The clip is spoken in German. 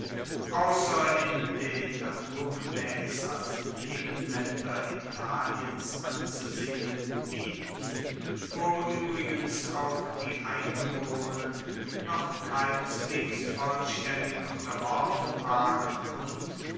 außer in den naturgemäß als nebenländer italiens anzusehenden gebieten wo übrigens auch die eingeborenen noch keineswegs vollständig unterworfen waren und